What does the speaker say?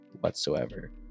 whatsoever